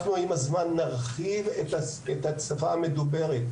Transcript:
עם הזמן נרחיב את השפה המדוברת.